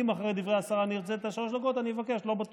אולי אחרי דברי השרה אני אבקש, לא בטוח.